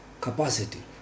capacity